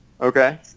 okay